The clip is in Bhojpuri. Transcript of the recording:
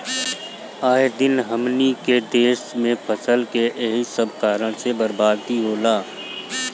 आए दिन हमनी के देस में फसल के एही सब कारण से बरबादी होला